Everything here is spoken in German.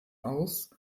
aus